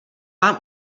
vám